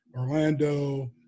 Orlando